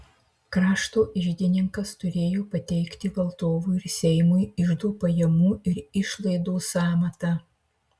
krašto iždininkas turėjo pateikti valdovui ir seimui iždo pajamų ir išlaidų sąmatą